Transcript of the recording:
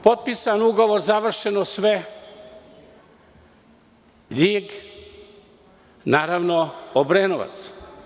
Potpisan je ugovor, završeno sve, Ljig – Obrenovac.